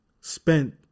Spent